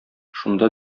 шунда